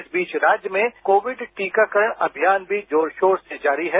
इस बीच राज्य में कोविड टीकाकरण अभियान भी जोर शोर से जारी है